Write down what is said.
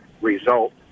result